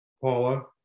Paula